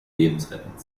lebensrettend